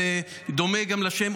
זה דומה לשם,